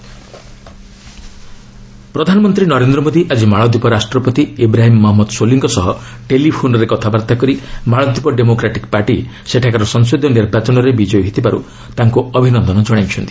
ମୋଦି ମାଲଦୀପ୍ ପ୍ରଧାନମନ୍ତ୍ରୀ ନରେନ୍ଦ୍ର ମୋଦି ଆଜି ମାଳଦୀପ୍ ରାଷ୍ଟ୍ରପତି ଇବ୍ରାହିମ୍ ମହମ୍ମଦ୍ ସୋଲିଙ୍କ ସହ ଟେଲିଫୋନ୍ରେ କଥାବାର୍ତ୍ତା କରି ମାଲଦୀପ୍ ଡେମୋକ୍ରାଟିକ୍ ପାର୍ଟି ସେଠାକାର ସଂସଦୀୟ ନିର୍ବାଚନରେ ବିଜୟ ହୋଇଥିବାରୁ ତାଙ୍କୁ ଅଭିନନ୍ଦନ କଣାଇଛନ୍ତି